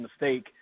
mistake